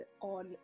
on